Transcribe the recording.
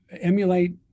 emulate